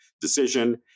decision